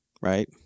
right